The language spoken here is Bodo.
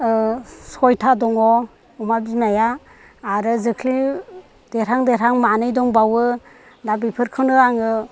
ओ सयथा दङ अमा बिमाया आरो जोख्लि देरहां देरहां मानै दंबावो दा बेफोरखौनो आङो